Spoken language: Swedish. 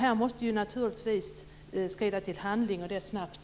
Här måste man naturligtvis skrida till handling, och det snabbt.